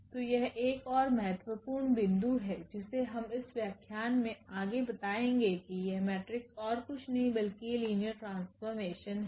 तो यह एक और महत्वपूर्ण बिंदु है जिसे हम इस व्याख्यान में आगे बताएंगे कियह मेट्रिक्स ओरकुछ नहीं बल्कि ये लिनियर ट्रांसफॉर्मेशन हैं